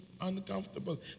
uncomfortable